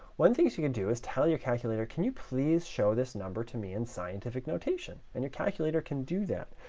one thing you can do is tell your calculator, can you please show this number to me in scientific notation? and your calculator can do that.